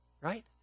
Right